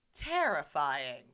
terrifying